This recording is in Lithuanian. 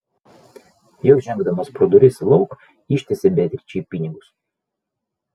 jau žengdamas pro duris lauk ištiesė beatričei pinigus